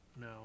No